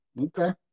Okay